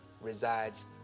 resides